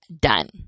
done